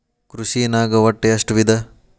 ಕೃಷಿನಾಗ್ ಒಟ್ಟ ಎಷ್ಟ ವಿಧ?